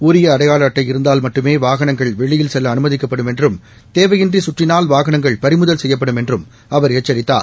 உரிய அடையாள அட்டை இருந்தால் மட்டுமே வாகனங்கள் வெளியில் செல்ல அனுமதிக்கப்படும் என்றும் தேவையின்றி சுற்றினால் வாகனங்கள் பறிமுதல் செய்யப்படும் என்றும் அவர் எச்சித்தார்